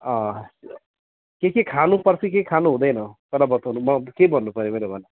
अँ के के खानुपर्छ के खानुहुँदैन तर बताउनु म के भन्नुपर्यो भने भन